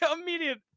immediate